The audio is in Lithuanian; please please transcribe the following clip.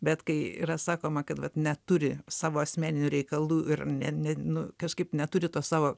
bet kai yra sakoma kad vat neturi savo asmeninių reikalų ir ne nu kažkaip neturi to savo